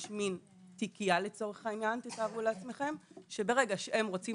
יש מין תיקייה לצורך העניין שברגע שהם רוצים